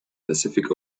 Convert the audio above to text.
pacific